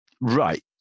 right